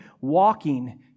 walking